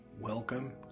welcome